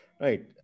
Right